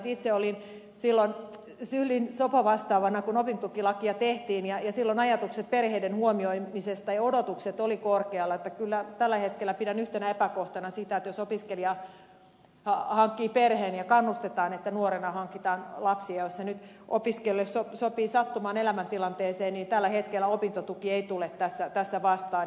itse olin silloin sylin sopo vastaavana kun opintotukilakia tehtiin ja silloin ajatukset ja odotukset perheiden huomioimisesta olivat korkealla niin että kyllä tällä hetkellä pidän yhtenä epäkohtana sitä että jos opiskelija hankkii perheen ja kannustetaan että nuorena hankitaan lapsia jos se nyt opiskelijalle sopii sattumaan elämäntilanteeseen niin tällä hetkellä opintotuki ei tule tässä vastaan